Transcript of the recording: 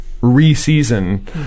re-season